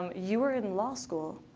um you were in law school.